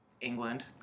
England